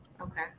Okay